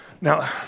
Now